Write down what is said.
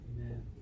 Amen